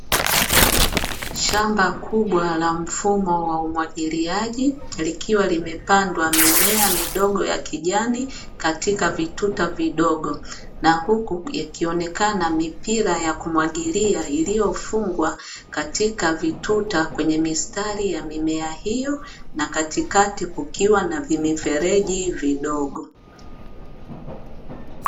Shamba kubwa la mfumo wa umwagiliaji, likiwa limepandwa mimea midogo ya kijani katika vituta vidogo na huku ikioneonekana mipira ya kumwagilia iliyofungwa katika vituta kwenye mistari ya mimea hiyo na katikati kukiwa na vimifereji vidogo .